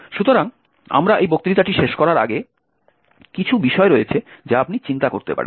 সুতরাং আমরা এই বক্তৃতাটি শেষ করার আগে কিছু বিষয় রয়েছে যা আপনি চিন্তা করতে পারেন